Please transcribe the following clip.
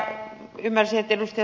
ymmärsin että ed